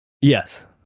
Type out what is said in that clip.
Yes